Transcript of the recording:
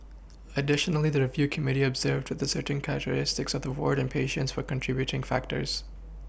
additionally the review committee observed to the certain characteristics of the ward and patients were contributing factors